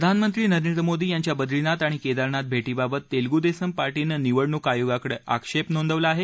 प्रधानमंत्री नरेंद्र मोदी यांच्या बद्रीनाथ आणि केदारनाथ भेटी बाबत तेलगू देसम पार्टीनं निवडणूक आयोगाकडं आक्षेप नोंदवला आहे